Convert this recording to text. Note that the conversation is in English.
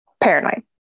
paranoid